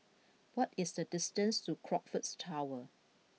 what is the distance to Crockfords Tower